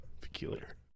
Peculiar